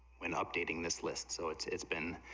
when updating this list so it's it's been,